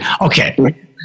okay